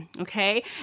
okay